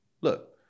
look